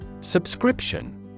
Subscription